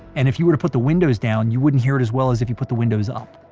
and if you were to put the windows down you wouldn't hear it as well as if you put the windows up.